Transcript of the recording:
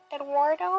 Eduardo